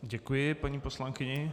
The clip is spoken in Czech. Děkuji paní poslankyni.